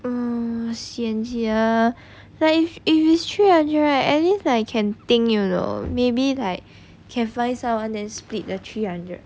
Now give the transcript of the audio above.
eh sian sia like if it's three hundred right at least like can think you know maybe like can find someone and split the three hundred